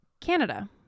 Canada